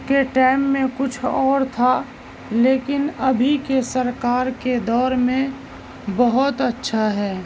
کے ٹائم میں کچھ اور تھا لیکن ابھی کے سرکار کے دور میں بہت اچھا ہے